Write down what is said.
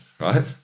Right